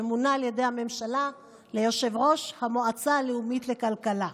שמונה על ידי הממשלה ליושב-ראש המועצה הלאומית לכלכלה.